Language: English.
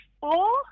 four